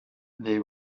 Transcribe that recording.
they